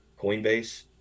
Coinbase